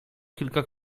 kilka